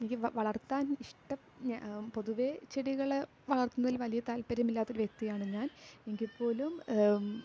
എനിക്ക് വളർത്താൻ ഇഷ്ടം പൊതുവെ ചെടികൾ വളർത്തുന്നതിൽ വലിയ താൽപര്യമില്ലാത്ത ഒരു വ്യക്തിയാണ് ഞാൻ എങ്കിൽപ്പോലും